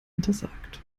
untersagt